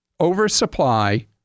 oversupply